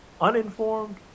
uninformed